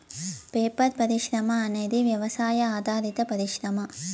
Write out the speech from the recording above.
paper పరిశ్రమ అనేది వ్యవసాయ ఆధారిత పరిశ్రమ